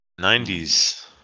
90s